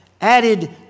added